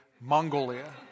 Mongolia